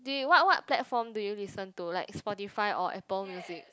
what what platform do you listen to like Spotify or Apple Music